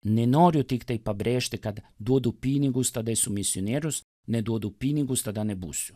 nenoriu tiktai pabrėžti kad duodu pinigus tada esu misionierius neduodu pinigus tada nebūsiu